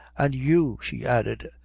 an' you, she added,